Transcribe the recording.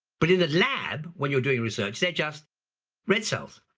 but in the lab, when you're doing research, they're just red cells.